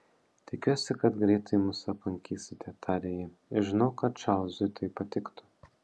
tikiuosi kad greitai mus aplankysite tarė ji žinau kad čarlzui tai patiktų